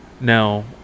Now